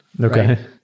Okay